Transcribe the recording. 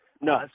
No